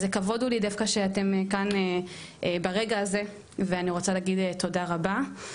אז זה כבוד הוא לי דווקא שאתם כאן ברגע הזה ואני רוצה להגיד תודה רבה.